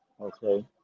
Okay